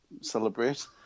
celebrate